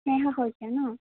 Sneha Saikia ন